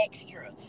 extra